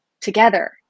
together